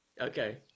Okay